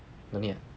no need ah